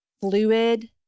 fluid